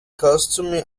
costume